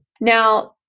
Now